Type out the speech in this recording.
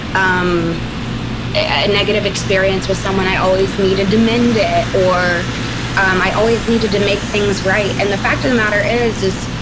um a negative experience with someone, i always needed to mend it or um i always needed to make things right. and the fact of the matter is,